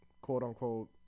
quote-unquote